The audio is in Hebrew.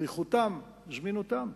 איכותם וזמינותם,